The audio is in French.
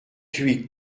huit